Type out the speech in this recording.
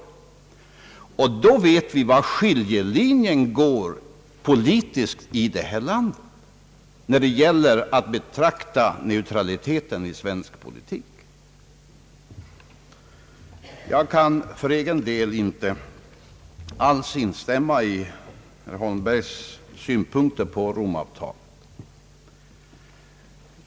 Då vet vi var den politiska skiljelinjen går i detta land när det gäller neutraliteten. Jag kan för egen del inte alls instämma i herr Holmbergs synpunkter på Rom-avtalet.